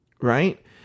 right